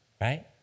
Right